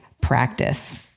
practice